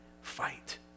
fight